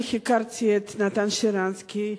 הכרתי את נתן שרנסקי,